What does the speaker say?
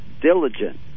diligent